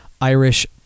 Irish